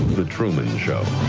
the truman show.